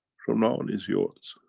from now on is yours.